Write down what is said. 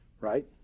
right